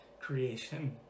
creation